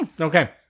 Okay